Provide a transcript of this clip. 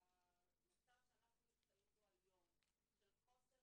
המצב שאנחנו נמצאים בו היום של חוסר